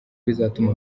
bizatuma